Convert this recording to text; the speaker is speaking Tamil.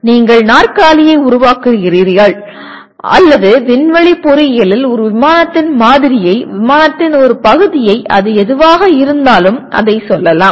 நீங்கள் நாற்காலியை உருவாக்குகிறீர்கள் அல்லது விண்வெளி பொறியியலில் ஒரு விமானத்தின் மாதிரியை விமானத்தின் ஒரு பகுதியை அது எதுவாக இருந்தாலும் அதைச் சொல்லலாம்